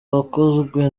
wakozwe